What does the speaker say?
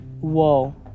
Whoa